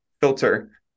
filter